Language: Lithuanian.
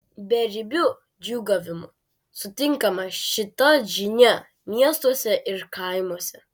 beribiu džiūgavimu sutinkama šita žinia miestuose ir kaimuose